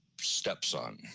stepson